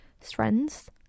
strengths